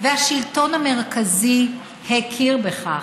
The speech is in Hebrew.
והשלטון המרכזי הכיר בכך.